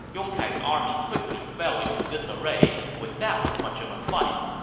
yong kai's army quickly fell into disarray without much of a fight.